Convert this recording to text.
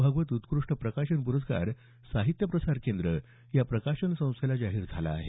भागवत उत्कृष्ट प्रकाशन पुरस्कार साहित्य प्रसार केंद्र या प्रकाशन संस्थेला जाहीर झाला आहे